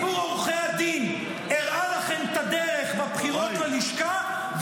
-- ציבור עורכי הדין הראה לכם את הדרך בבחירות ללשכה,